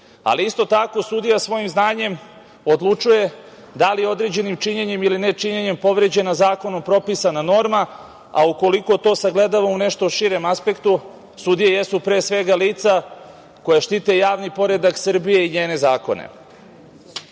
Isto tako, sudija svojim znanjem odlučuje da li određenim činjenjem ili nečinjenjem povređena zakonom propisana norma, a ukoliko to sagledava u nešto širem aspektu sudije jesu pre svega lica koja štite javnih poredak Srbije i njene